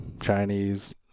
Chinese